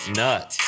nut